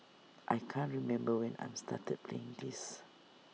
I can't remember when I started playing this